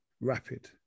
rapid